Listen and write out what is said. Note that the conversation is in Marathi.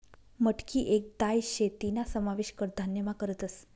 मटकी येक दाय शे तीना समावेश कडधान्यमा करतस